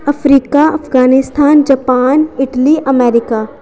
Africa Afghanistan Japan Italy America